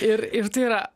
ir ir tai yra